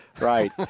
right